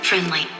Friendly